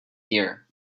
gear